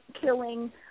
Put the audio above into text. killing